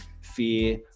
fear